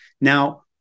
Now